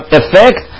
effect